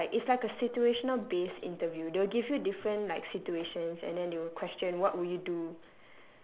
like it's like a situational based interview they'll give you different like situations and then they will question what would you do